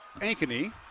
Ankeny